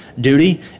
duty